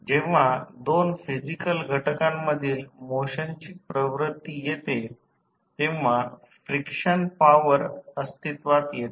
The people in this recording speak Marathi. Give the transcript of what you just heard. जेव्हा दोन फिजिकल घटकांमधील मोशनची प्रवृत्ती येते तेव्हा फ्रिक्शन पॉवर अस्तित्त्वात येते